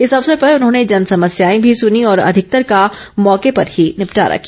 इस अवसर पर उन्होंने जनसमस्याए भी सुनी और अधिकतर का मौके पर ही निपटारा किया